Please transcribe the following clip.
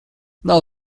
nav